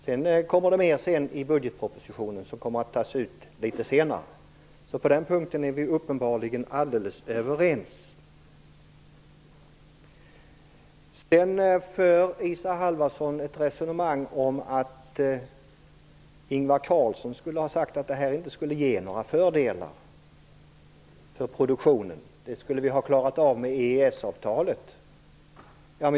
Det kommer fler förslag i budgetpropositionen om pengar som kommer att tas ut litet senare. På den punkten är vi uppenbarligen alldeles överens. Isa Halvarsson för ett resonemang om att Ingvar Carlsson skulle ha sagt att medlemskapet inte skulle ge några fördelar för produktionen. De fördelarna skulle vi ha klarat av i och med EES-avtalet.